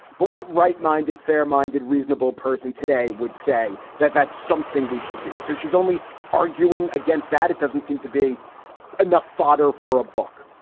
but what right minded, fair minded, reasonable person today would say that that's something we should do. so she's only arguing against that. it doesn't seem to be enough fodder for a book.